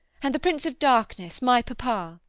and the prince of darkness, my papa.